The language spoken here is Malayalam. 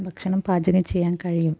ഭക്ഷണം പാചകം ചെയ്യാൻ കഴിയും